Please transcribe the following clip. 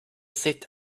sit